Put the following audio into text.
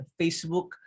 Facebook